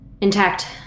intact